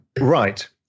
Right